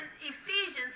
Ephesians